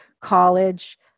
college